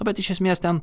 bet iš esmės ten